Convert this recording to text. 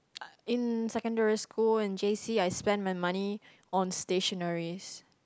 uh in secondary school in J_C I spend my money on stationeries